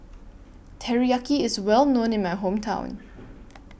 Teriyaki IS Well known in My Hometown